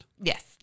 Yes